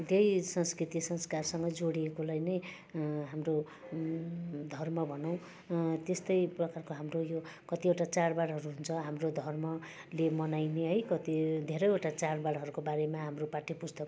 त्यही संस्कृति संस्कारसँग जोडिएकोलाई नै हाम्रो घर्म भनौँ त्यस्तै प्रकारको हाम्रो यो कतिवटा चाडबाडहरू हुन्छ हाम्रो धर्मले मनाइने है कति धेरैवटा चाडबाडहरूको बारेमा हाम्रो पाठ्य पुस्तकमा